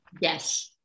Yes